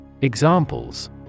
Examples